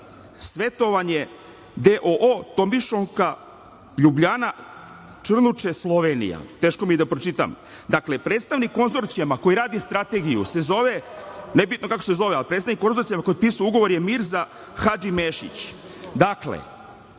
svetovanje, d.o.o.“; Tominškova, Ljubljana, Črnuče, Slovenija. Teško mi je i da pročitam. Dakle, predstavnik konzorcijuma koji radi strategiju se zove, nebitno kako se zove, ali predstavnik konzorcijuma koji je pisao ugovor je Mirza Hadžimešić. Dakle,